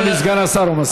אדוני סגן השר, הוא מסכים.